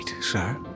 sir